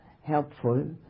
helpful